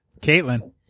Caitlin